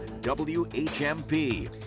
WHMP